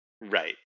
Right